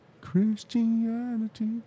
Christianity